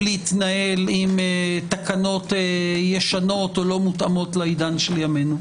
להתנהל עם תקנות ישנות או לא מותאמות לעידן של ימינו.